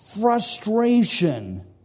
frustration